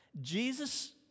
Jesus